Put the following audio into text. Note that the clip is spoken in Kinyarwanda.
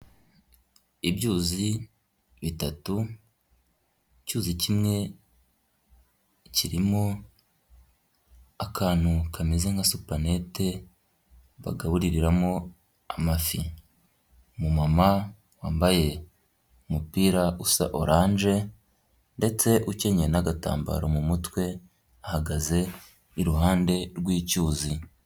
Ibyuzi bitatu icyuzi kimwe kirimo akantu kameze nka supa nete bagaburiramo amafi , umu mama wambaye umupira usa orange, ndetse ukenyeye n'agatambaro mu mutwe ahagaze iruhande r'icyuzi.